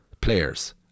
players